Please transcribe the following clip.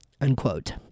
unquote